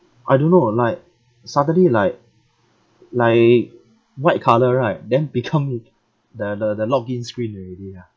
I don't know like suddenly like like white colour right then become the the the login screen already ya